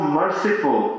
merciful